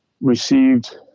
received